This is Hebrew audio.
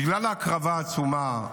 בגלל ההקרבה העצומה,